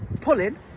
pull-in